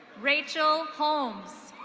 rachel holmes.